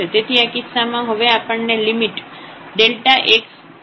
તેથી આ કિસ્સામાં હવે આપણને x→0⁡ΔyΔx મળશે